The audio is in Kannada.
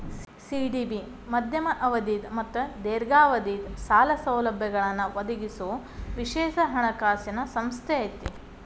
ಸಿ.ಡಿ.ಬಿ ಮಧ್ಯಮ ಅವಧಿದ್ ಮತ್ತ ದೇರ್ಘಾವಧಿದ್ ಸಾಲ ಸೌಲಭ್ಯಗಳನ್ನ ಒದಗಿಸೊ ವಿಶೇಷ ಹಣಕಾಸಿನ್ ಸಂಸ್ಥೆ ಐತಿ